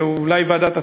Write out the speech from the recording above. אולי ועדת,